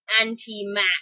anti-Mac